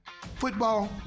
Football